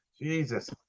Jesus